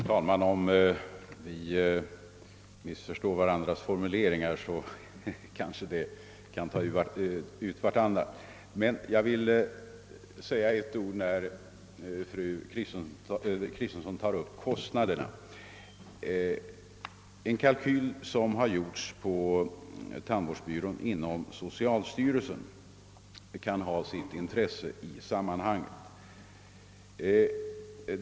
Herr talman! Om vi missförstår varandras formuleringar kan det kanske ta ut vartannat. Men jag vill säga ännu några ord när fru Kristensson nu tar upp kostnaderna. En kalkyl som har gjorts av tandvårdsbyrån inom socialstyrelsen kan ha sitt intresse i sammanhanget.